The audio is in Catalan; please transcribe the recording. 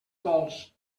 vols